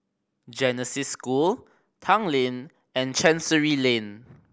Genesis School Tanglin and Chancery Lane